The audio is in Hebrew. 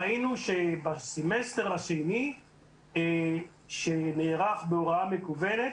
ראינו שבסמסטר השני שנערך בהוראה מקוונת